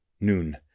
Noon